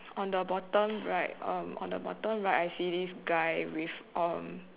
on the bottom right um on the bottom right I see this guy with um